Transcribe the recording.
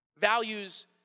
Values